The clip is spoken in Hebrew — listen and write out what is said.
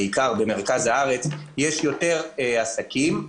במרכז הארץ יש יותר עסקים,